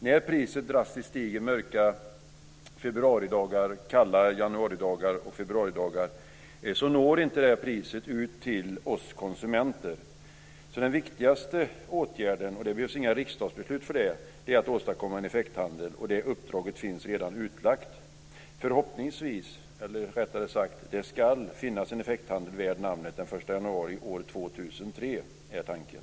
När priset drastiskt stiger under mörka och kalla januari och februaridagar når inte spot-priset ut till oss konsumenter. Den viktigaste åtgärden är alltså att åstadkomma en effekthandel, och det behövs inga riksdagsbeslut för det. Det uppdraget finns redan utlagt. Det ska finnas en effekthandel värd namnet den 1 januari år 2003, är tanken.